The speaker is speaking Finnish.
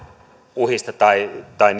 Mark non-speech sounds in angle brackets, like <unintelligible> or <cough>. tai tai <unintelligible>